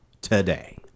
today